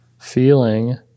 feeling